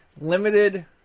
limited